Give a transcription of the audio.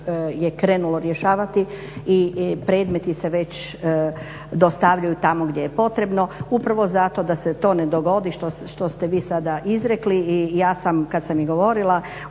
već krenulo rješavati i predmeti se već dostavljaju tamo gdje je potrebno upravo zato da se to ne dogodi što ste vi sada izrekli. I ja sam kada sam i govorila